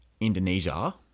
Indonesia